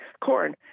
corn